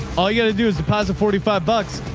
all you gotta do is deposit forty five bucks.